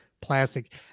plastic